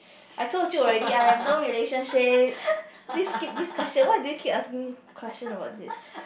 I told you already I have no relationship please skip this question why do you keep asking me question about this